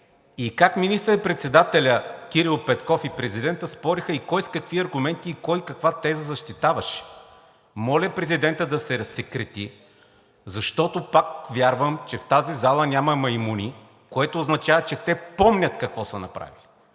и как министър-председателят Кирил Петков и президентът спориха и кой с какви аргументи и кой каква теза защитаваше. Моля президентът да се разсекрети, защото пак вярвам, че в тази зала няма маймуни, което означава, че те помнят какво са направили